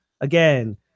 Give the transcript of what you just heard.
Again